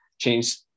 change